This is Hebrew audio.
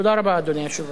תודה רבה, אדוני היושב-ראש.